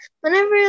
whenever